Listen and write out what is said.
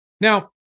Now